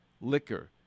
liquor